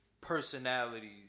personalities